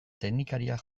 teknikariak